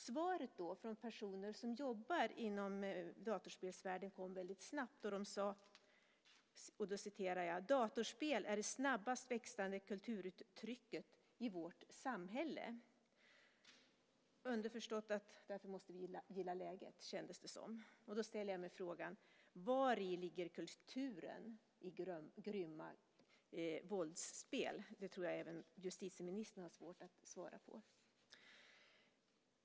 Svaret från personer som jobbar inom datorspelsvärlden kom väldigt snabbt: "Datorspel är det snabbast växande kulturuttrycket i vårt samhälle." Underförstått måste vi därför gilla läget - så kändes det. Jag ställer mig därför frågan: Vari ligger kulturen i grymma våldsspel? Den frågan tror jag att även justitieministern har svårt att svara på.